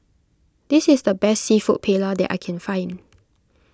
this is the best Seafood Paella that I can find